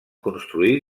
construir